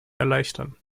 erleichtern